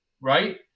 right